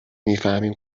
میفهمیم